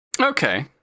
Okay